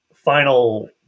final